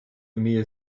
уміє